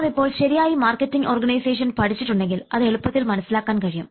നാം ഇപ്പോൾ ശരിയായി മാർക്കറ്റിംഗ് ഓർഗനൈസേഷൻ പഠിച്ചിട്ടുണ്ടെങ്കിൽ അത് എളുപ്പത്തിൽ മനസ്സിലാക്കാൻ കഴിയും